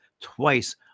twice